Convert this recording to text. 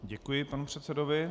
Děkuji panu předsedovi.